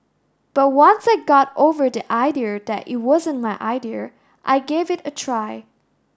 but once I got over the idea that it wasn't my idea I gave it a try